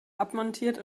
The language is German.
abmontiert